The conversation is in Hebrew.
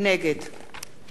אביגדור ליברמן,